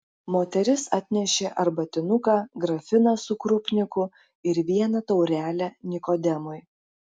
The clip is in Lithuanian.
moteris atnešė arbatinuką grafiną su krupniku ir vieną taurelę nikodemui